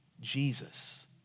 Jesus